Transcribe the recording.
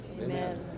Amen